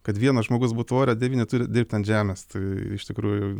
kad vienas žmogus būtų ore devyni turi dirbti ant žemės tai iš tikrųjų